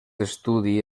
estudi